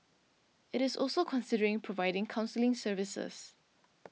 it is also considering providing counselling services